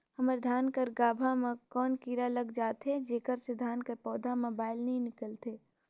हमर धान कर गाभा म कौन कीरा हर लग जाथे जेकर से धान कर पौधा म बाएल नइ निकलथे?